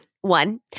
One